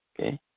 okay